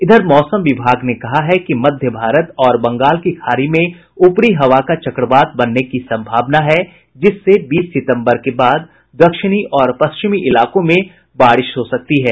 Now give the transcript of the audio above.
इधर मौसम विभाग ने कहा है कि मध्य भारत और बंगाल की खाड़ी में ऊपरी हवा का चक्रवात बनने की संभावना है जिससे बीस सितम्बर के बाद दक्षिणी और पश्चिमी इलाको में बारिश हो सकती है